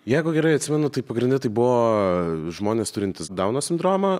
jeigu gerai atsimenu tai pagrinde tai buvo žmonės turintys dauno sindromą